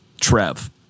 Trev